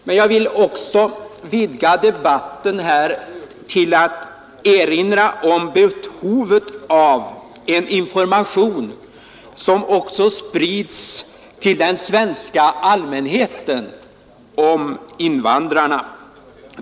Men jag vill också vidga debatten och erinra om behovet av att sprida information även till den svenska allmänheten om invandrarna.